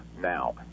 Now